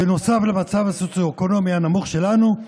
בנוסף למצב הסוציו-אקונומי הנמוך שלנו,